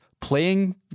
playing